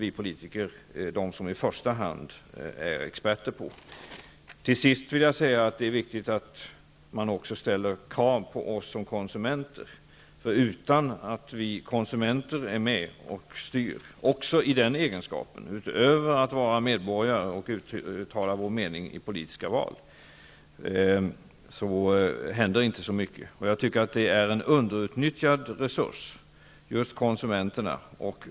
Vi politiker är inte i första hand experter på det. Till sist vill jag säga att det är viktigt att man ställer krav på oss som konsumenter. Om inte vi är med och styr i vår egenskap av konsumenter, utöver det att vi är medborgare och uttalar vår mening i politiska val, händer inte så mycket. Konsumenterna är en underutnyttjad resurs.